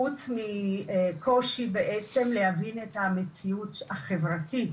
חוץ מקושי בעצם להבין את המציאות החברתית,